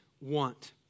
want